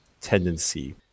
tendency